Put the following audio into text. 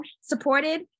supported